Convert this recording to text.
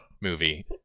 movie